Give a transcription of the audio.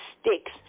sticks